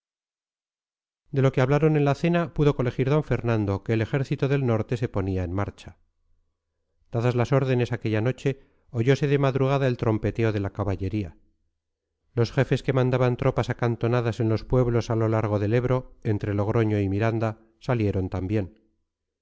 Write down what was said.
de lo que hablaron en la cena pudo colegir d fernando que el ejército del norte se ponía en marcha dadas las órdenes aquella noche oyose de madrugada el trompeteo de la caballería los jefes que mandaban tropas acantonadas en los pueblos a lo largo del ebro entre logroño y miranda salieron también